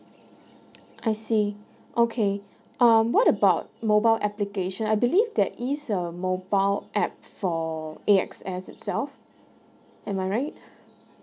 I see okay um what about mobile application I believe there is a mobile app for A_X_S itself am I right